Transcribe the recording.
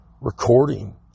recording